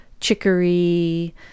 chicory